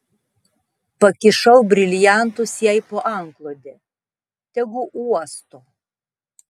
pakišau briliantus jai po antklode tegu uosto